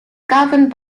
governed